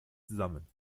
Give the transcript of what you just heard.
zusammen